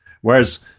Whereas